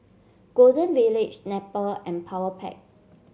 Golden Village Snapple and Powerpac